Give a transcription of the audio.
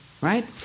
Right